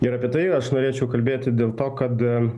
ir apie tai aš norėčiau kalbėti dėl to kad